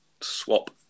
swap